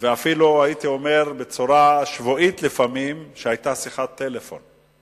ואפילו הייתי אומר שלפעמים היתה שיחת טלפון שבועית.